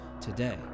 today